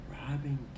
Robin